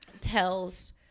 tells